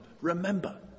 Remember